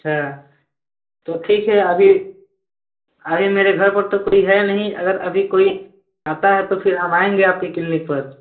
अच्छा तो ठीक है अभी अभी मेरे घर पर तो कोई है नहीं अगर अभी कोई आता है तो फिर हम आयेंगे आपके क्लिनिक पर